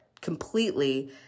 completely